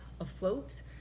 afloat